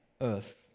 earth